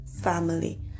family